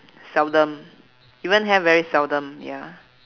seldom even have very seldom ya